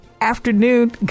afternoon